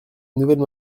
nouvelle